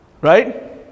Right